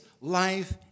life